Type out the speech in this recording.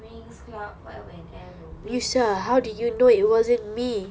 winx club forever and ever winx